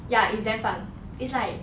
ya it's damn fun it's like